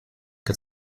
get